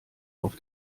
auf